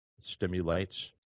stimulates